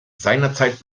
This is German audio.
seinerzeit